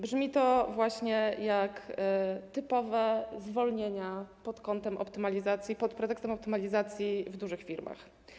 Brzmi to właśnie jak typowe zwolnienia pod kątem optymalizacji, pod pretekstem optymalizacji w dużych firmach.